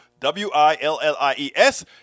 W-I-L-L-I-E-S